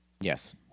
Yes